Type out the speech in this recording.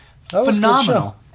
Phenomenal